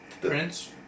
Prince